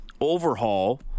overhaul